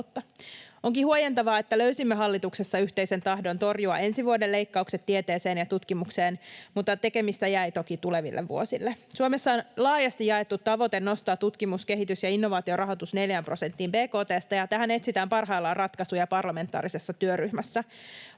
Onkin huojentavaa, että löysimme hallituksessa yhteisen tahdon torjua ensi vuoden leikkaukset tieteeseen ja tutkimukseen, mutta tekemistä jäi toki tuleville vuosille. Suomessa on laajasti jaettu tavoite nostaa tutkimus‑, kehitys‑ ja innovaatiorahoitus 4 prosenttiin bkt:sta, ja tähän etsitään parhaillaan ratkaisuja parlamentaarisessa työryhmässä.